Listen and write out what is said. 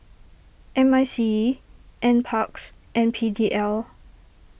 M I C E NParks and P D L